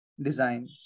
design